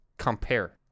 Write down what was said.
compare